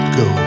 go